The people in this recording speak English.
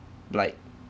like